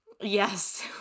Yes